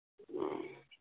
ꯎꯝ